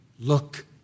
look